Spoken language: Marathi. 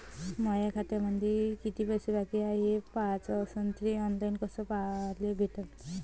माया खात्यामंधी किती पैसा बाकी हाय कस पाह्याच, मले थे ऑनलाईन कस पाह्याले भेटन?